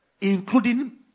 including